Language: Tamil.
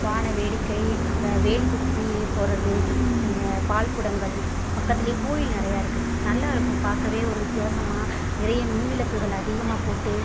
வானவேடிக்கை அந்த வேல் குத்தி போகிறது பால் குடங்கள் பக்கத்திலேயே கோவில் நிறையா இருக்கு நல்லா இருக்கும் பார்க்கவே ஒரு வித்தியாசமாக நிறைய மின் விளக்குகள் அதிகமாக போட்டு